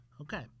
Okay